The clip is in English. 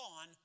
on